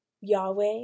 Yahweh